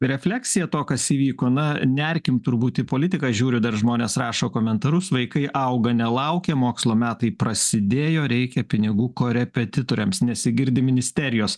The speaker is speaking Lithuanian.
refleksiją to kas įvyko na nerkim turbūt į politiką žiūriu dar žmonės rašo komentarus vaikai auga nelaukia mokslo metai prasidėjo reikia pinigų korepetitoriams nesigirdi ministerijos